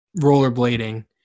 rollerblading